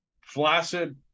flaccid